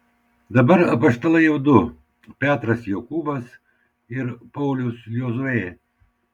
dabar apaštalai jau du petras jokūbas ir paulius jozuė